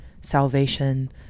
salvation